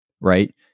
right